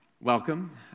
welcome